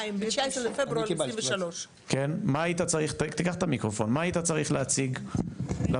2000. ב-19 בפברואר 2023. מה היית צריך להציג לוועדה?